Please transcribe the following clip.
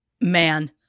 Man